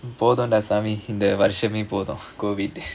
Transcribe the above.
போதும்டா சாமி இந்த வருஷமே போதும்:podhumdaa saami indha varushamae podhum COVID